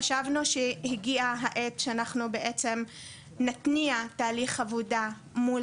חשבנו שהגיעה העת שאנחנו בעצם נתניע תהליך עבודה מול